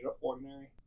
ordinary